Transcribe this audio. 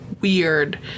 weird